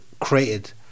created